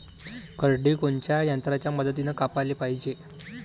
करडी कोनच्या यंत्राच्या मदतीनं कापाले पायजे?